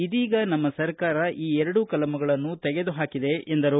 ಇದೀಗ ನಮ್ಮ ಸರ್ಕಾರ ಈ ಎರಡೂ ಕಲಂ ಗಳನ್ನು ತೆಗೆದು ಹಾಕಿದೆ ಎಂದರು